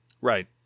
Right